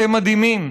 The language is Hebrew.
אתם מדהימים.